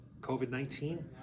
COVID-19